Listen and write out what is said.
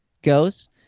Goes